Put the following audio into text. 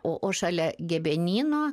o šalia gebenyno